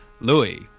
Louis